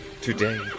Today